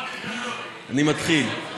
אני מתחיל.